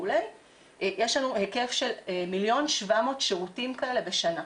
יש לנו היקף של 1.7 מיליון שירותים כאלה בשנה,